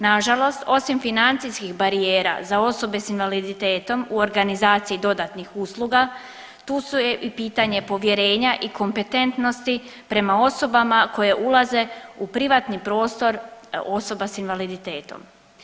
Nažalost, osim financijskih barijera za osobe s invaliditetom u organizaciji dodatnih usluga tu je i pitanje povjerenja i kompetentnosti prema osobama koje ulaze u privatni prostor osoba s invaliditetom.